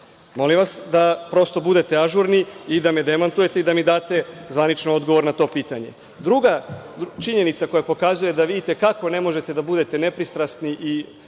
Molim vas da prosto budete ažurni i da me demantujete i da mi date zvaničan odgovor na to pitanje. Druga činjenica koja pokazuje da vi itekako ne možete da budete nepristrasni i